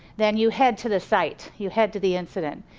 then you head to the site, you head to the incident.